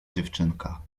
dziewczynka